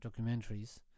documentaries